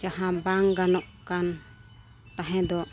ᱡᱟᱦᱟᱸ ᱵᱟᱝ ᱜᱟᱱᱚᱜ ᱠᱟᱱ ᱛᱟᱦᱮᱸ ᱫᱚᱜ